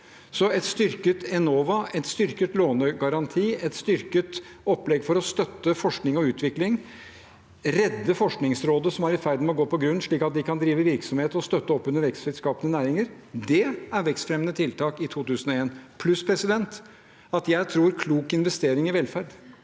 et styrket Enova, en styrket lånegaranti, et styrket opplegg for å støtte forskning og utvikling og å redde Forskningsrådet – som var i ferd med å gå på grunn – slik at de kan drive virksomhet og støtte opp under vekstskapende næringer. Det er vekstfremmende tiltak i 2023. Jeg tror også at klok investering i velferd